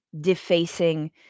defacing